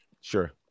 sure